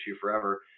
forever